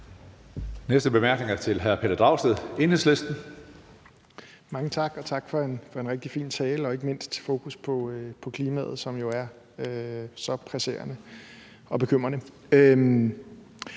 korte bemærkning er til hr. Pelle Dragsted, Enhedslisten. Kl. 15:16 Pelle Dragsted (EL): Mange tak, og tak for en rigtig fin tale og ikke mindst et fokus på klimaet, som jo er så presserende og bekymrende.